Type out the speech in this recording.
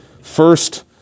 first